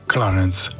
Clarence